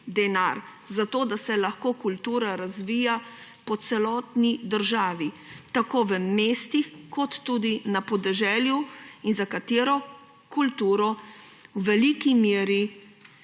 denar, zato da se lahko kultura razvija po celotni državi tako v mestih kot tudi na podeželju in za katero v veliki meri